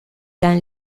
dans